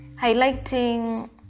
highlighting